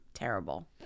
terrible